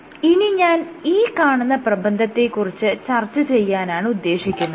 ഇനി ഞാൻ ഈ കാണുന്ന പ്രബന്ധത്തെ കുറിച്ച് ചർച്ച ചെയ്യാനാണ് ഉദ്ദേശിക്കുന്നത്